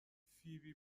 فیبی